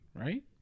right